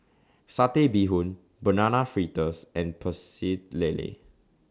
Satay Bee Hoon Banana Fritters and Pecel Lele